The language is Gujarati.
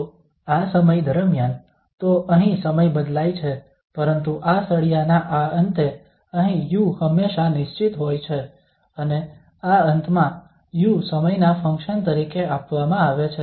તો આ સમય દરમ્યાન તો અહીં સમય બદલાય છે પરંતુ આ સળિયાના આ અંતે અહીં u હંમેશા નિશ્ચિત હોય છે અને આ અંતમાં u સમયના ફંક્શન તરીકે આપવામાં આવે છે